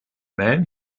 man